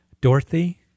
Dorothy